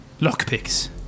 lockpicks